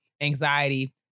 anxiety